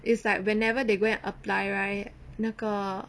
is like whenever they go and apply right 那个